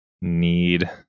need